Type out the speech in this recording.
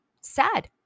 sad